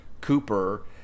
Cooper